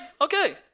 Okay